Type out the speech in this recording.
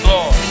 Lord